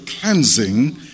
cleansing